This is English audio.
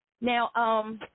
Now